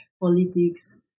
politics